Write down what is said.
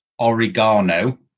oregano